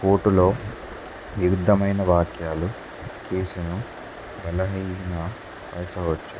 కోర్టులో విరుద్ధమైన వాక్యాలు కేసును బలహీన పరచవచ్చు